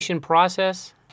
process